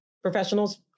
professionals